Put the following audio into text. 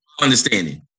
Understanding